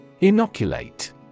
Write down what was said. Inoculate